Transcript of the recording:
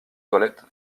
toilettes